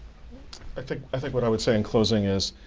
i think i think what i would say in closing is,